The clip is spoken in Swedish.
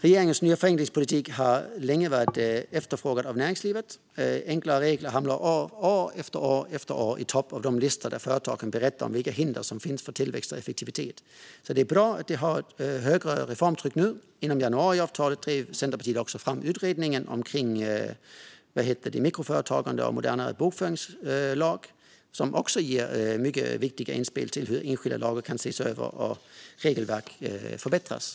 Regeringens nya förenklingspolitik har länge varit efterfrågad av näringslivet. Enklare regler hamnar år efter år i topp på de listor där företagen berättar om vilka hinder som finns för tillväxt och effektivitet. Det är därför bra att vi har ett högre reformtryck nu. Inom januariavtalet drev Centerpartiet också fram utredningen om mikroföretagande och en modernare bokföringslag, som också ger mycket viktiga inspel till hur enskilda lagar kan ses över och regelverk förbättras.